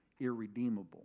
irredeemable